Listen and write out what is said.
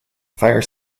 fire